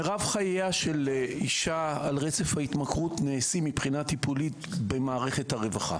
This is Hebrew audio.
מרב חייה של אישה על רצף ההתמכרות נעשים מבחינה טיפולית במערכת הרווחה.